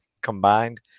combined